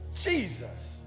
jesus